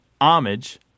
homage